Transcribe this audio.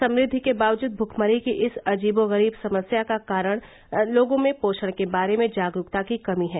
समृद्धि के बावजूद भुखमरी की इस अजीबों गरीब समस्या का कारण लोगों में पोषण के बारे में जागरूकता की कमी है